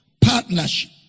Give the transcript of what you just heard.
partnership